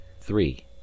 three